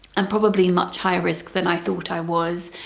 am probably much higher risk than i thought i was.